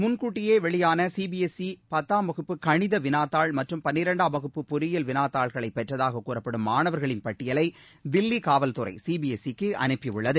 முன்கூட்டியே வெளியான C B S E பத்தாம் வகுப்பு கணித வினாத்தாள் மற்றும் பனிரெண்டாம் வகுப்பு பொறியியல் வினாத்தாள்களை பெற்றதாக கூறப்படும் மாணவர்களின் பட்டியலை தில்லி காவல்துறை சி பி எஸ் இ க்கு அனுப்பியுள்ளது